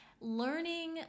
learning